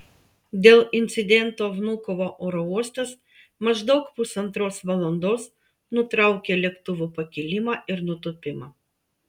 dėl incidento vnukovo oro uostas maždaug pusantros valandos nutraukė lėktuvų pakilimą ir nutūpimą